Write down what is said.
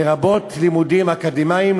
לרבות לימודים אקדמיים,